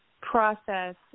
process